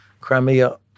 Crimea